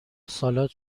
سالاد